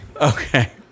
Okay